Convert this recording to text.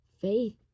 faith